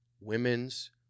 women's